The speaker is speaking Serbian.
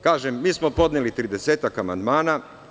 Kažem, mi smo podneli tridesetak amandmana.